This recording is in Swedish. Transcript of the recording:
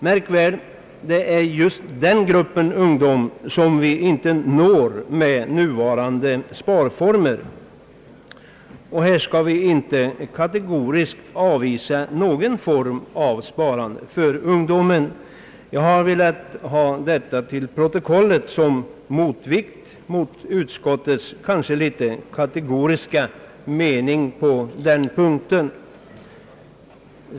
Märk väl, det är just den gruppen av ungdomar som vi inte når med nuvarande sparformer. Vi skall inte kategoriskt avvisa någon form av sparande för ungdomen. Jag har velat anföra detta till protokollet som en motvikt mot utskottets kanske något kategoriska mening på den punkten.